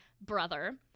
brother